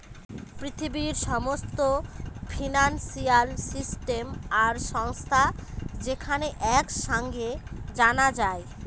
পৃথিবীর সমস্ত financial system আর সংস্থা যেখানে এক সাঙে জানা যায়